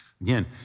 Again